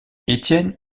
étienne